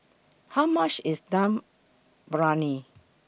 How much IS Dum Briyani